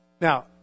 Now